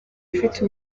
ufite